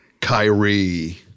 Kyrie